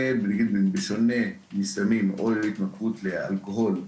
בשונה מסמים או מהתמכרות לאלכוהול,